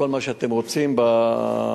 כל מה שאתם רוצים בלקסיקון.